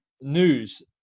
news